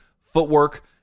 footwork